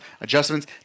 adjustments